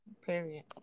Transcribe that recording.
Period